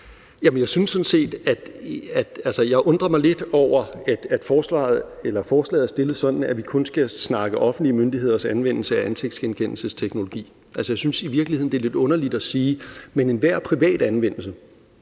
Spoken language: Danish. Jeg undrer mig lidt over, at forslaget er fremsat sådan, at vi kun skal snakke om offentlige myndigheders anvendelse af ansigtsgenkendelsesteknologi. Altså, jeg synes i virkeligheden, det er lidt underligt at sige, at enhver privat anvendelse